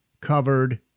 covered